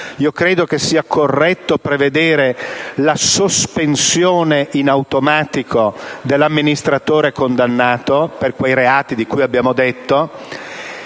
Credo sia corretto prevedere la sospensione in automatico dell'amministratore condannato per quei reati di cui abbiamo detto